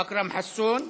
אכרם חסון,